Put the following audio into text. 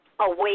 away